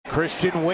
Christian